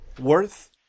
worth